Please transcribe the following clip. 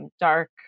Dark